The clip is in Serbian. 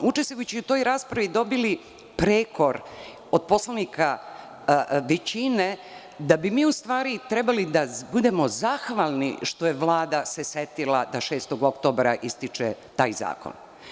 Učestvujući u toj raspravi dobili smo prekor od poslanika većine da bi mi trebali da budemo zahvalni što se Vlada setila da 6. oktobra ističe taj zakon.